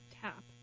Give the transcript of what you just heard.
Tap